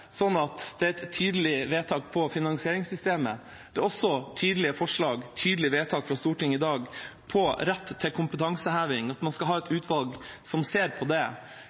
et tydelig vedtak på finansieringssystemet, det er også tydelige forslag og tydelige vedtak fra Stortinget i dag på rett til kompetanseheving – at man skal ha et utvalg som ser på det.